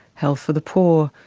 health for the poor,